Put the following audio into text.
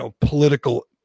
political